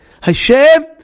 Hashem